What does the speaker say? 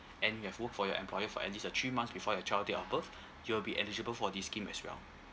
and you've worked for your employer for at least uh three months before your child date of birth you'll be eligible for this scheme as well